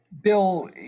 Bill